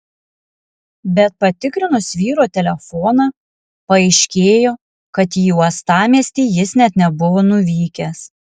bet patikrinus vyro telefoną paaiškėjo kad į uostamiestį jis net nebuvo nuvykęs